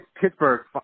Pittsburgh